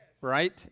right